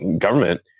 government